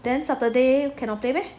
then saturday cannot play meh